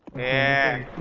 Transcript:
and